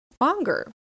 longer